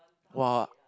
!wah!